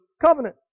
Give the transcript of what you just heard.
covenant